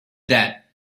that